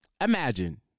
imagine